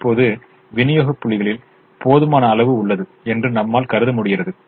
இப்போது விநியோக புள்ளிகளில் போதுமான அளவு உள்ளது என்று நம்மால் கருத முடிகிறது